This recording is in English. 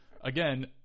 Again